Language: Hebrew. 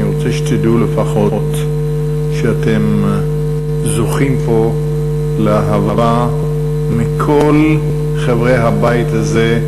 אני רוצה שתדעו לפחות שאתם זוכים פה לאהבה מכל חברי הבית הזה,